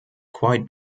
quite